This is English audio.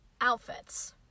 outfits